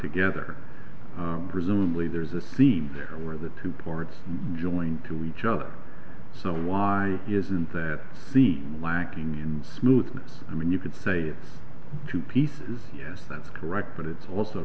together presumably there's a seam there where the two parts joined to each other so why isn't that the lacking in smoothness i mean you could say it's two pieces yes that's correct but it's also